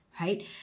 right